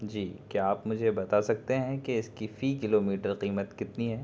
جی کیا آپ مجھے بتا سکتے ہیں کہ اس کی فی کلو میٹر قیمت کتنی ہے